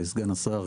סגן השר,